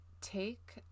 take